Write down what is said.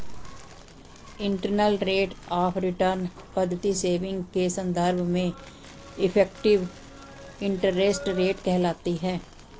internal rate of return पद्धति saving के संदर्भ में इफेक्टिव इंटरेस्ट रेट कहलाती है